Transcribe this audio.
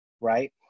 right